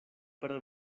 per